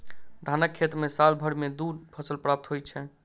धानक खेत मे साल भरि मे दू फसल प्राप्त होइत छै